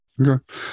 Okay